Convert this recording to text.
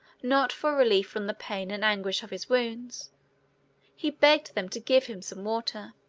not for relief from the pain and anguish of his wounds he begged them to give him some water.